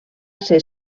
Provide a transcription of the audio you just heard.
ser